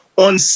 On